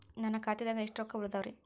ನನ್ನ ಖಾತೆದಾಗ ಎಷ್ಟ ರೊಕ್ಕಾ ಉಳದಾವ್ರಿ?